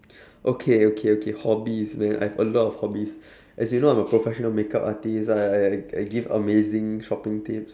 okay okay okay hobbies man I have a lot of hobbies as in you know I'm a professional makeup artist I I I give amazing shopping tips